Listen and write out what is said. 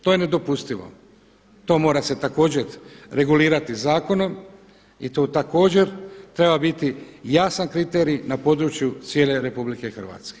To je nedopustivo, to se mora također regulirati zakonom i tu također treba biti jasan kriterij na području cijele RH.